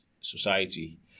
Society